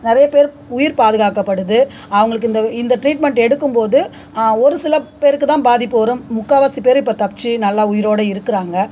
நிறைய பேர் உயிர் பாதுகாக்கப்படுது அவங்களுக்கு இந்த இந்த ட்ரீட்மெண்ட் எடுக்கும் போது ஒரு சில பேருக்கு தான் பாதிப்பு வரும் முக்கால்வாசி பேர் இப்போ தப்பிச்சி நல்லா உயிரோடய இருக்கிறாங்க